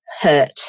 hurt